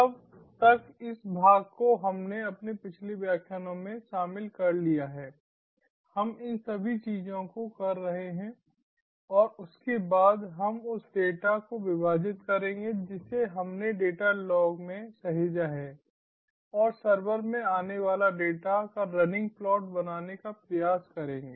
तब तक इस भाग को हमने अपने पिछले व्याख्यानों में शामिल कर लिया है हम इन सभी चीजों को कर रहे हैं और उसके बाद हम उस डेटा को विभाजित करेंगे जिसे हमने डेटा लॉग में सहेजा है और सर्वर में आने वाले डेटा का रनिंग प्लॉट बनाने का प्रयास करेंगे